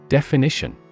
Definition